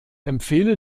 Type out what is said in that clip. empfehle